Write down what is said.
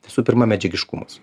visų pirma medžiagiškumas